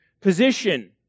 position